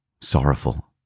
sorrowful